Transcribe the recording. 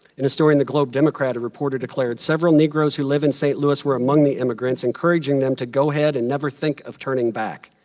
in a story in the globe democrat, a reporter declared, several negroes who live in st. louis were among the emigrants, encouraging them to go ahead and never think of turning back.